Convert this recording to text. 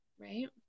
Right